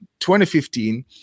2015